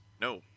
no